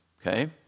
Okay